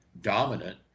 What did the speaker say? dominant